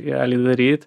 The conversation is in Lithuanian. realiai daryti